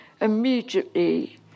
immediately